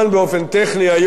באופן טכני היום,